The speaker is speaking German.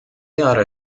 jahre